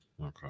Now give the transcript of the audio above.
Okay